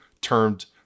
termed